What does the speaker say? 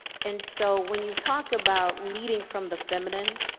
and so when you talk about leading from the feminine,